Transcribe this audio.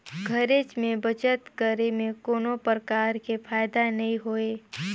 घरेच में बचत करे में कोनो परकार के फायदा नइ होय